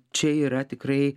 čia yra tikrai